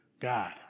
God